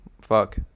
Fuck